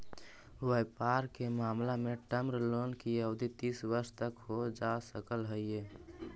व्यापार के मामला में टर्म लोन के अवधि तीस वर्ष तक हो सकऽ हई